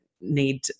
need